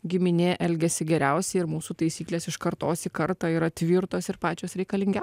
giminė elgiasi geriausiai ir mūsų taisyklės iš kartos į kartą yra tvirtos ir pačios reikalingiau